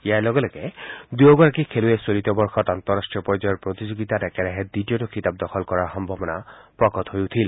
ইয়াৰ লগে লগে দুয়োগৰাকী খেলুৱৈয়ে চলিত বৰ্ষত আন্তঃৰাষ্ট্ৰীয় পৰ্যায়ৰ প্ৰতিযোগিতাত একেৰাহে দ্বিতীয়টো খিতাপ দখল কৰাৰ সম্ভাৱনা প্ৰকট হৈ উঠিল